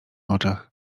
oczach